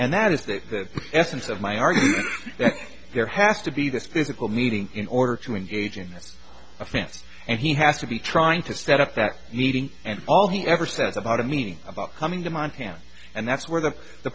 and that is the essence of my argue that there has to be this physical meeting in order to engage in this offense and he has to be trying to set up that meeting and all he ever says about a meeting about coming to montana and that's where the the